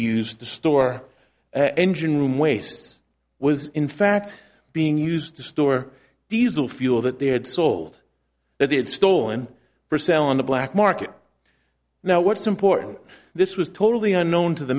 used to store engine room wastes was in fact being used to store diesel fuel that they had sold that they had stolen for sale on the black market now what's important this was totally unknown to the